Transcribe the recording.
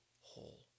whole